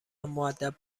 مودب